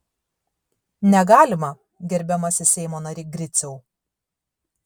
negalima gerbiamasis seimo nary griciau